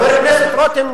חבר הכנסת רותם,